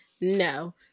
No